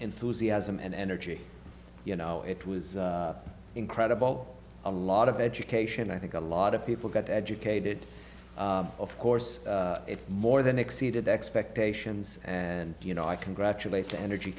enthusiasm and energy you know it was incredible a lot of education i think a lot of people got educated of course more than exceeded expectations and you know i congratulate the energy